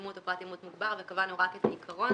אימות ופרט אימות מוגבר, וקבענו רק את העיקרון.